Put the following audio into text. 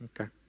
Okay